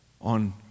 on